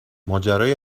ماجرای